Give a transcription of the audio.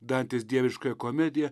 dantės dieviškąją komediją